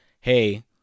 Hey